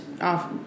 off